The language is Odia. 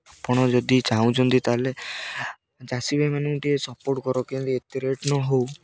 ଆପଣ ଯଦି ଚାହୁଁଛନ୍ତି ତା'ହେଲେ ଚାଷୀଭାଇମାନଙ୍କୁ ଟିକିଏ ସପୋର୍ଟ୍ କର କେମିତି ଏତେ ରେଟ୍ ନ ହେଉ